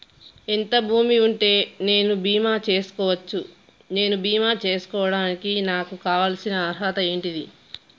ఎంత భూమి ఉంటే నేను బీమా చేసుకోవచ్చు? నేను బీమా చేసుకోవడానికి నాకు కావాల్సిన అర్హత ఏంటిది?